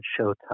Showtime